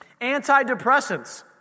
Antidepressants